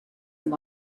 and